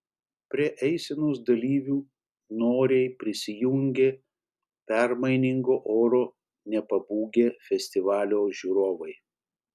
prie eisenos dalyvių noriai prisijungė permainingo oro nepabūgę festivalio žiūrovai